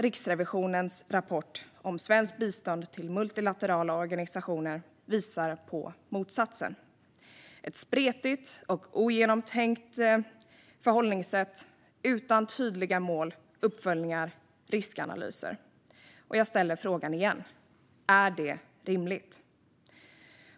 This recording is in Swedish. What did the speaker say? Riksrevisionens rapport om svenskt bistånd till multilaterala organisationer visar på motsatsen - ett spretigt och ogenomtänkt förhållningssätt utan tydliga mål, uppföljningar eller riskanalyser. Jag ställer frågan igen: Är det rimligt?